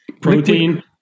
Protein